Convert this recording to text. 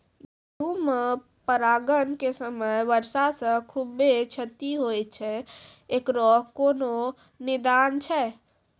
गेहूँ मे परागण के समय वर्षा से खुबे क्षति होय छैय इकरो कोनो निदान छै?